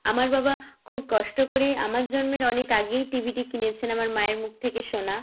আমার বাবা খুব কষ্ট করে আমার জন্মের অনেক আগেই টিভিটি কিনেছেন আমার মায়ের মুখ থেকে শোনা